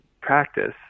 practice